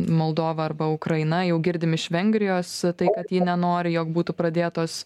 moldova arba ukraina jau girdim iš vengrijos tai kad ji nenori jog būtų pradėtos